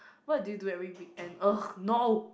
what do you do every weekend !ugh! no